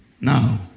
Now